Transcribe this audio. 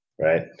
right